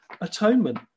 atonement